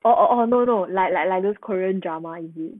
orh orh orh no no like like like those korean drama is it